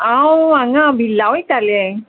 हांव हांगा बिल्ला वयताले